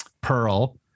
pearl